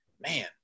man